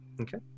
Okay